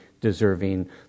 deserving